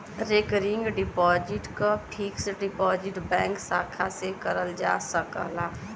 recurring deposit क fixed deposit bank शाखा से करल जा सकला